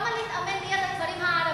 למה להתאמן ליד הכפרים הערביים?